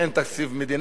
ואז ילך לבחירות,